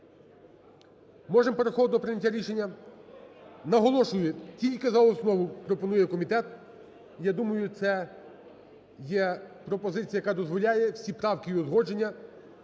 Можемо переходити до прийняття рішення? Наголошую, тільки за основу пропонує комітет. Я думаю, це є пропозиція, яка дозволяє всі правки і узгодження